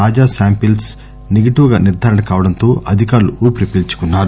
తాజా samples negative గా నిర్దారణ కావడంతో అధికారులు ఊపిరి పీల్సు కున్నారు